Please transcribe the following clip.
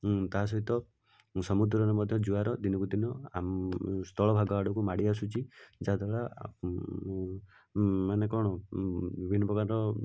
ତାସହିତ ସମୁଦ୍ରରେ ମଧ୍ୟ ଜୁଆର ଦିନକୁ ଦିନ ସ୍ଥଳଭାଗ ଆଡ଼କୁ ମାଡ଼ିଆସୁଛି ଯାହା ଦ୍ୱାରା ମାନେ କ'ଣ ବିଭିନ୍ନ ପ୍ରକାର